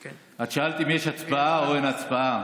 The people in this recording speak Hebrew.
את שאלת אם יש הצבעה או אין הצבעה,